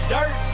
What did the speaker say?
Dirt